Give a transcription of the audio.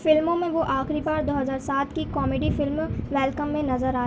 فلموں میں وہ آخری بار دو ہزار سات کی کامیڈی فلم ویلکم میں نظر آ